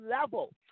level